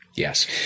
Yes